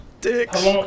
Dicks